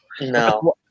no